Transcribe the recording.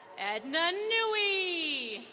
edna newy.